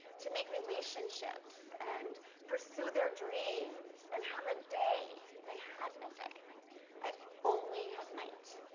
to make relationships, and pursue their dreams, and have a day. and i had no day i only had night.